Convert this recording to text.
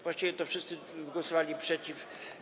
Właściwie to wszyscy głosowali przeciw.